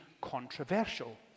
controversial